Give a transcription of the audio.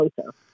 closer